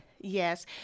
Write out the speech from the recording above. yes